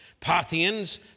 Parthians